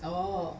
oh